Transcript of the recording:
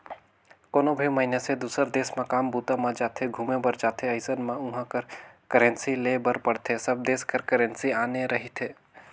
कोनो भी मइनसे दुसर देस म काम बूता म जाथे, घुमे बर जाथे अइसन म उहाँ कर करेंसी लेय बर पड़थे सब देस कर करेंसी आने रहिथे